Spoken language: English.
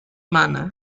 manner